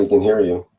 we can here you.